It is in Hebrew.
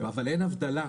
אבל אין הבדלה.